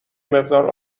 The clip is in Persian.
مقدار